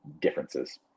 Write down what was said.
differences